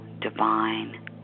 divine